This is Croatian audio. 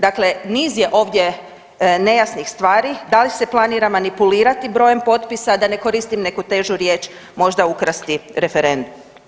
Dakle, niz je ovdje nejasnih stvari, da li se planira manipulirati brojem potpisa, da ne koristim neku težu riječ, možda ukrasti referendum.